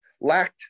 lacked